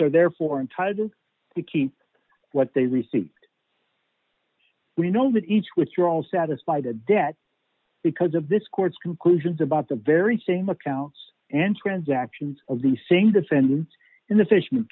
are therefore entitled to keep what they received we know that each withdrawal satisfied a debt because of this court's conclusions about the very same accounts and transactions of the same defendant in the fish